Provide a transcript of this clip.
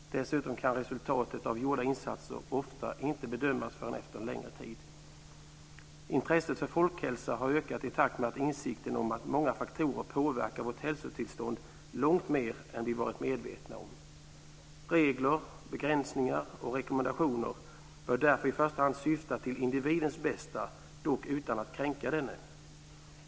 Dessutom kan resultatet av gjorda insatser ofta inte bedömas förrän efter en längre tid. Intresset för folkhälsa har ökat i takt med insikten om att många faktorer påverkar vårt hälsotillstånd långt mer än vad vi tidigare varit medvetna om. Regler, begränsningar och rekommendationer bör därför i första hand syfta till individens bästa, dock utan att kränka denne.